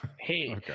hey